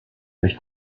durch